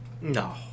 No